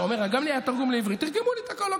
גם לי היה תרגום לעברית, תרגמו לי את הכול.